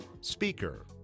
speaker